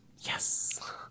yes